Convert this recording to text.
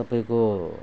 तपाईँको